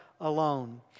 alone